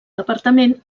departament